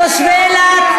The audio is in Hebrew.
תושבי אילת,